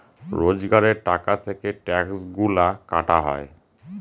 রোজগারের টাকা থেকে ট্যাক্সগুলা কাটা হয়